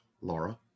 Laura